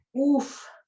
oof